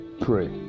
pray